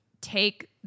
take